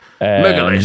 Mega